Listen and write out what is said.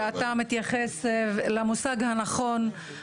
שאתה מתייחס למושב הנכון,